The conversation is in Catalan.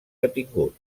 detingut